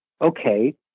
okay